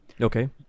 Okay